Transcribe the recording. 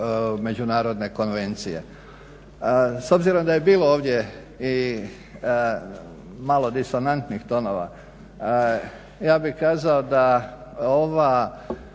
međunarodne konvencije. S obzirom da je bilo ovdje i malo disonantnih tonova, ja bih kazao da ova